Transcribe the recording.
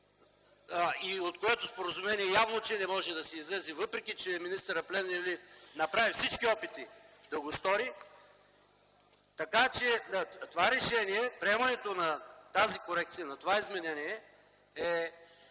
и от което споразумение явно не може да се излезе, въпреки че министър Плевнелиев направи всички опити да го стори. Това решение, приемането на тази корекция, на това изменение е